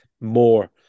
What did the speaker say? more